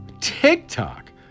TikTok